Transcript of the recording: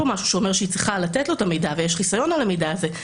משהו שאומר שהיא צריכה לתת לו את המידע ויש חיסיון על המידע הזה.